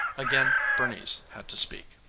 again bernice had to speak.